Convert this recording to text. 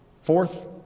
Fourth